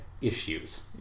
issues